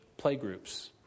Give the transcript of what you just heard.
playgroups